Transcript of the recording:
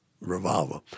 revolver